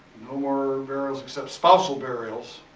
ah more ah burials, except spousal burials